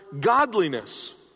godliness